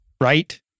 Right